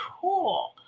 cool